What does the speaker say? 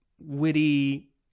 witty